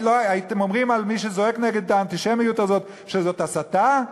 האם הייתם אומרים על מי שזועק נגד האנטישמיות הזאת שזאת הסתה?